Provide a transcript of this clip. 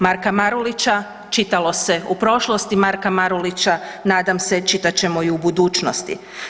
Marka Marulića čitalo se u prošlosti, Marka Marulića nadam se čitat ćemo i u budućnosti.